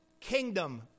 kingdom